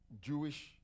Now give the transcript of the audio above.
Jewish